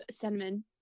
cinnamon